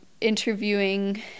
interviewing